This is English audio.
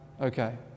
Okay